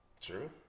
True